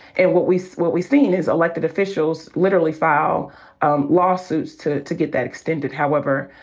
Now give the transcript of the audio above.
and what we've what we've seen is elected officials literally file um lawsuits to to get that extended however,